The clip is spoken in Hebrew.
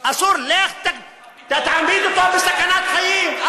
לך תעמיד אותו בסכנת חיים.